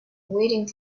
waiting